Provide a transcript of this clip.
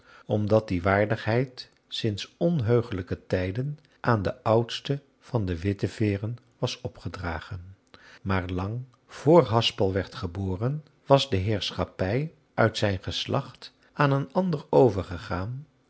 omdat die waardigheid sinds onheuglijke tijden aan den oudste van de witteveeren was opgedragen maar lang vr haspel werd geboren was de heerschappij uit zijn geslacht aan een ander overgegaan